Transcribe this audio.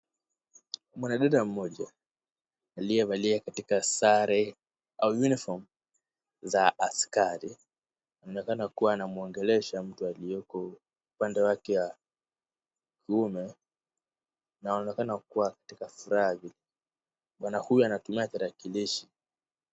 Mwanadada mmoja aliyevalia katika sare au uniform za askari anaonekana kuwa anamuongelesha mtu aliyoko upande wake wa kiume anaonekana kuwa katika furaha juu, bwana huyu anatumia tarakilishi.